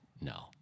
No